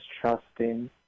trusting